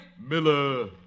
Miller